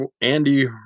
Andy